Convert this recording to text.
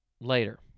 later